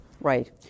Right